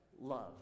love